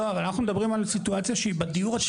לא, אבל אנחנו מדברים על סיטואציה שהיא בדיור.